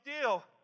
deal